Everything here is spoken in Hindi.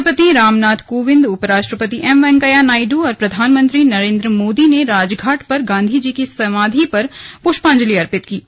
राष्ट्रपति रामनाथ कोविंद उपराष्ट्रनपति एम वेंकैया नायडू और प्रधानमंत्री नरेन्द्र मोदी ने राजघाट पर गांधीजी की समाधि पर पुष्पांजलि अर्पित किये